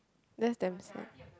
that's damn sad